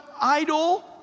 idle